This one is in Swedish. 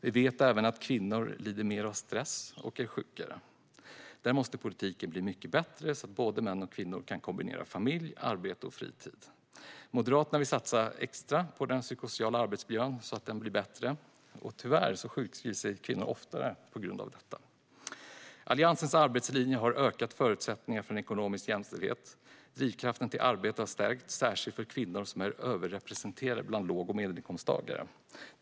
Vi vet även att kvinnor lider mer av stress och är sjukare. Där måste politiken bli mycket bättre, så att både män och kvinnor kan kombinera familj, arbete och fritid. Moderaterna vill satsa extra på att den psykosociala arbetsmiljön ska bli bättre. Tyvärr sjukskrivs kvinnor oftare på grund av den. Alliansens arbetslinje har ökat förutsättningarna för ekonomisk jämställdhet. Drivkraften till arbete har stärkts, särskilt för kvinnor, som är överrepresenterade bland låg och medelinkomsttagare.